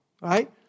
right